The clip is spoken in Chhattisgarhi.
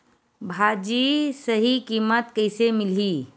भाजी सही कीमत कइसे मिलही?